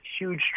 Huge